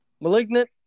Malignant